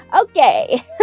Okay